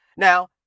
Now